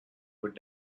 would